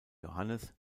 johannes